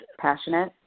passionate